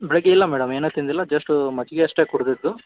ಬೆಳಿಗ್ಗೆ ಇಲ್ಲ ಮೇಡಮ್ ಏನೂ ತಿಂದಿಲ್ಲ ಜಸ್ಟ್ ಮಜ್ಜಿಗೆ ಅಷ್ಟೇ ಕುಡಿದಿದ್ದು